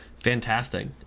Fantastic